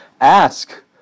ask